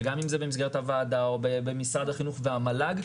שגם אם זה במסגרת הוועדה או במשרד החינוך והמל"ג,